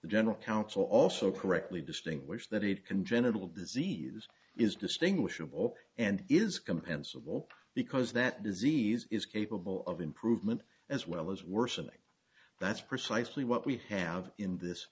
the general counsel also correctly distinguish that he'd congenital disease is distinguishable and is compensable because that disease is capable of improvement as well as worsening that's precisely what we have in this